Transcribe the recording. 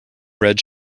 red